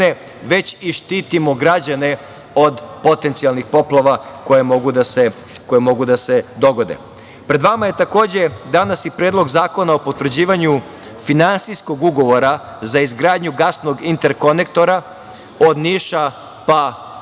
već i štitimo građane od potencijalnih poplava koje mogu da se dogode. Pred vama je, takođe, danas i Predlog zakona o potvrđivanju Finansijskog ugovora za izgradnju gasnog interkonektora od Niša pa do